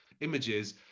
images